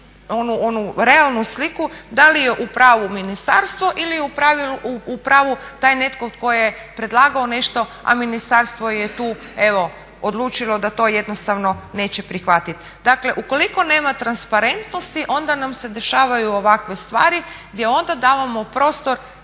onu realnu sliku da li je u pravu ministarstvo ili je u pravu taj netko tko je predlagao nešto a ministarstvo je tu evo odlučilo da to jednostavno neće prihvatiti. Dakle, ukoliko nema transparentnosti onda nam se dešavaju ovakve stvari gdje onda davamo prostor